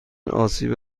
آسیب